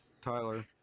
Tyler